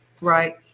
right